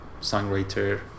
songwriter